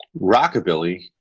Rockabilly